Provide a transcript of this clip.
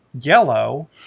Yellow